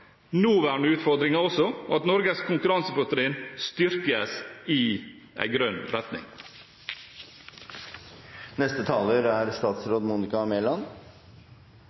nåværende utfordringer – og at Norges konkurransefortrinn styrkes i en grønn retning.